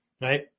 right